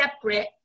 separate